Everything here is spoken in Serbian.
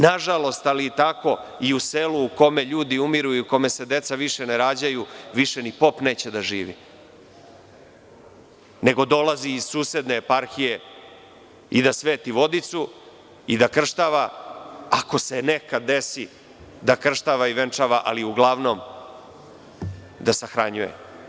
Nažalost, ali je tako i u selu u kome ljudi umiru i u kome se deca više ne rađaju, više ni pop neće da živi, nego dolazi iz susedne eparhije i da sveti vodicu i da krštava, ako se nekad desi da krštava i venčava ali uglavnom da sahranjuje.